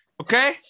Okay